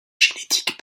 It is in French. génétiques